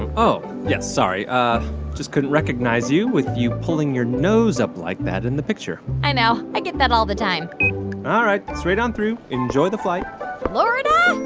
oh, yes, sorry. ah just couldn't recognize you with you pulling your nose up like that in the picture i know. i get that all the time all right. straight on through. enjoy the flight florida,